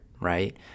right